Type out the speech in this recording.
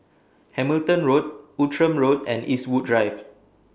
Hamilton Road Outram Road and Eastwood Drive